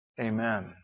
amen